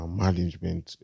management